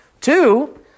Two